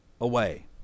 away